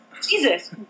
Jesus